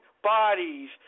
Bodies